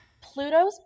Pluto's